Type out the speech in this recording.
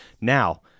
Now